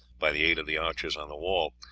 by the aid of the archers on the wall,